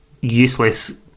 useless